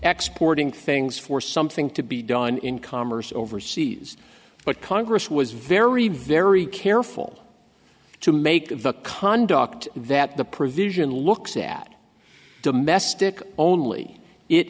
exporting things for something to be done in commerce overseas but congress was very very careful to make the conduct that the provision looks at domestic only it